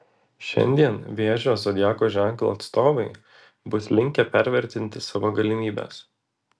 šiandien vėžio zodiako ženklo atstovai bus linkę pervertinti savo galimybes